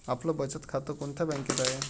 आपलं बचत खातं कोणत्या बँकेत आहे?